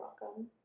welcome